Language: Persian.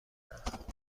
است